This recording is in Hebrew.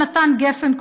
יונתן גפן,